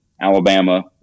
Alabama